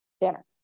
dinner